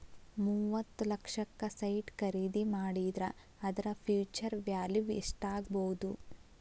ಮೂವತ್ತ್ ಲಕ್ಷಕ್ಕ ಸೈಟ್ ಖರಿದಿ ಮಾಡಿದ್ರ ಅದರ ಫ್ಹ್ಯುಚರ್ ವ್ಯಾಲಿವ್ ಯೆಸ್ಟಾಗ್ಬೊದು?